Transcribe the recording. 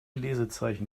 lesezeichen